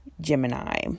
Gemini